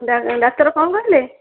ଡା ଡାକ୍ତର କ'ଣ କହିଲେ